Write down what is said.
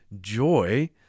joy